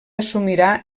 assumirà